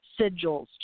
sigils